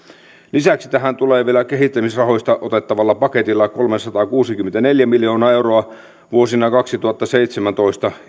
lisäksi tähän tulee vielä kehittämisrahoista otettavalla paketilla kolmesataakuusikymmentäneljä miljoonaa euroa vuosina kaksituhattaseitsemäntoista